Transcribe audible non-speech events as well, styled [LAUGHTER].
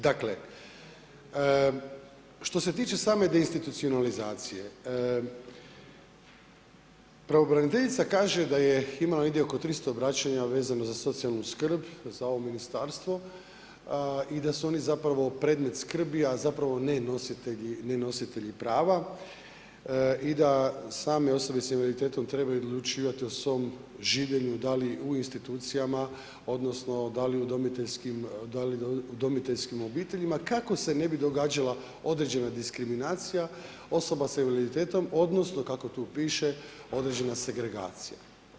Dakle, što se tiče same deinstitucionalizacije, pravobraniteljica kaže da je imala negdje oko 300 ... [UNINTELLIGIBLE] vezano za socijalnu skrb za ovo Ministarstvo i da su oni zapravo predmet skrbi, a zapravo ne nositelji prava i da same osobe s invaliditetom trebaju odlučivati o svom življenju da li u institucijama odnosno da li udomiteljskim obiteljima kako se ne bi događala određena diskriminacija osoba sa invaliditetom odnosno, kako tu piše, određena segregacija.